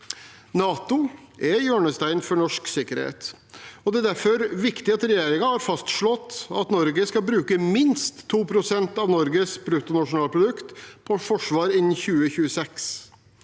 NATO er hjørnesteinen for norsk sikkerhet, og det er derfor viktig at regjeringen har fastslått at Norge skal bruke minst 2 pst. av Norges bruttonasjonalprodukt på forsvar innen 2026.